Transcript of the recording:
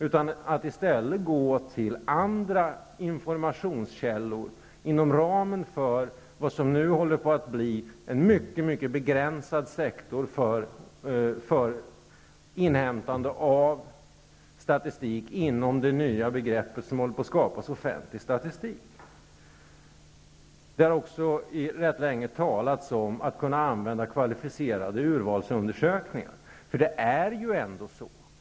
I stället skall man kunna utnyttja andra informationskällor inom ramen för vad som nu håller på att bli en mycket begränsad sektor för inhämtande av statistik inom det nya begreppet offentlig statistik. Det har rätt länge talats om att man skall kunna använda kvalificerade urvalsundersökningar.